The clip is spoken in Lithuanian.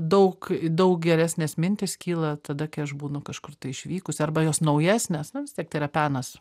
daug daug geresnės mintys kyla tada kai aš būnu kažkur išvykusi arba jos naujesnės na vis tiek tai yra penas